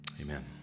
Amen